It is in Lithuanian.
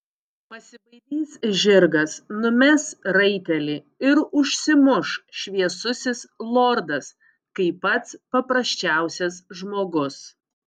pasibaidys žirgas numes raitelį ir užsimuš šviesusis lordas kaip pats paprasčiausias žmogus